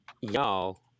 y'all